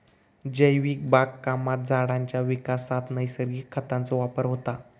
जैविक बागकामात झाडांच्या विकासात नैसर्गिक खतांचो वापर होता